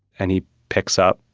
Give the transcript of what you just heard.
and he picks up.